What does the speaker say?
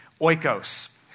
oikos